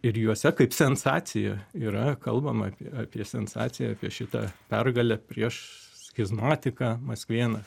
ir juose kaip sensacija yra kalbama apie apie sensaciją apie šitą pergalę prieš schizmatiką maskvėną